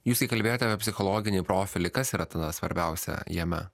jūs įkalbėjote apie psichologinį profilį kas yra tada svarbiausia jame